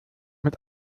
mit